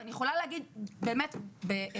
אבל אני יכולה להגיד באמת בצורה